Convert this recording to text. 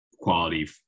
quality